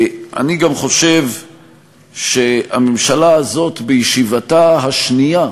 אני גם חושב שהממשלה הזאת בישיבתה השנייה,